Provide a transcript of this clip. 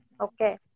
okay